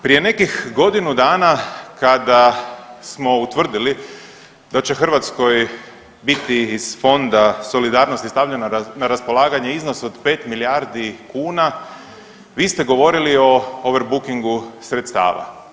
Prije nekih godinu dana kada smo utvrdili da će Hrvatskoj biti iz Fonda solidarnosti stavljeno na raspolaganje iznos od 5 milijardi kuna vi ste govorili o overbookingu sredstava.